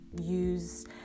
use